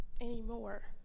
anymore